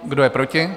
Kdo je proti?